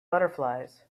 butterflies